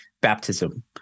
baptism